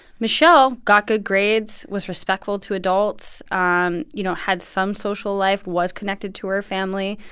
michelle got good grades, was respectful to adults, um you know, had some social life, was connected to her family.